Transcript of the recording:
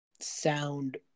sound